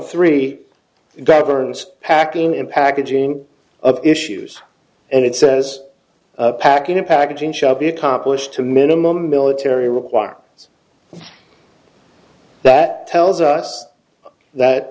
three governs packing in packaging of issues and it says packing a packaging shall be accomplished to minimum military requirements that tells us that